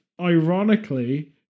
ironically